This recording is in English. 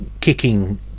kicking